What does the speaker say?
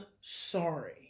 sorry